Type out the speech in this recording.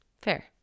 Fair